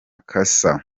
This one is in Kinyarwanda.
cassa